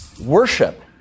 Worship